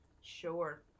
Sure